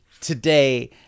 today